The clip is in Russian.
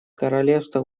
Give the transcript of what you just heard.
королевство